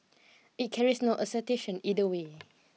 it carries no either way